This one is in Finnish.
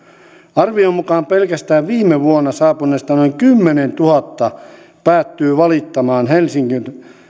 arvion mukaan pelkästään viime vuonna saapuneista noin kymmenentuhatta päätyy valittamaan helsingin